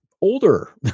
older